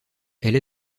elle